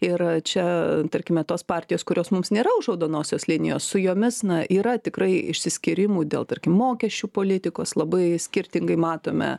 ir čia tarkime tos partijos kurios mums nėra už raudonosios linijos su jomis na yra tikrai išsiskyrimų dėl tarkim mokesčių politikos labai skirtingai matome